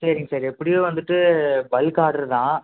சரிங்க சார் எப்படியும் வந்துட்டு பல்க் ஆர்ட்ரு தான்